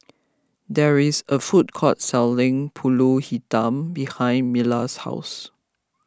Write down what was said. there is a food court selling Pulut Hitam behind Mila's house